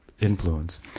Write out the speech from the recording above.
influence